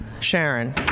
Sharon